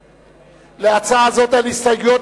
להצעה זאת אין הסתייגויות,